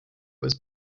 was